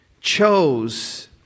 chose